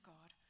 God